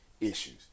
issues